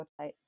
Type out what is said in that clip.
website